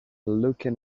looking